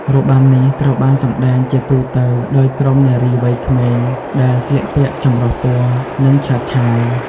របាំនេះត្រូវបានសម្តែងជាទូទៅដោយក្រុមនារីវ័យក្មេង ដែលស្លៀកពាក់ចម្រុះពណ៌ និងឆើតឆាយ។